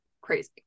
crazy